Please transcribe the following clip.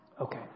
Okay